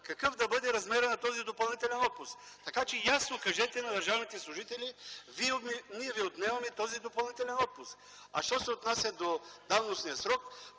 какъв да бъде размерът на този допълнителен отпуск. Ясно кажете на държавните служители: „Ние ви отнемаме този допълнителен отпуск”. Що се отнася до давностния срок,